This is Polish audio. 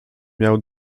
miało